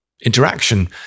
interaction